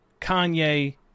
Kanye